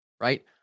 right